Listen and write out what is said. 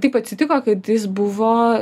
taip atsitiko kad jis buvo